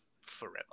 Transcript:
forever